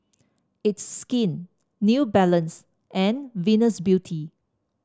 It's Skin New Balance and Venus Beauty